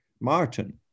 Martin